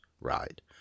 ride